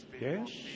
yes